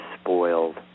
spoiled